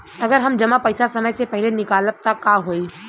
अगर हम जमा पैसा समय से पहिले निकालब त का होई?